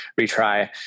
retry